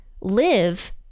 live